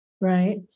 right